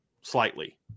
slightly